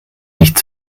nicht